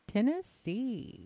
Tennessee